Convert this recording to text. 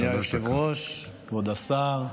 אדוני היושב-ראש, כבוד השר,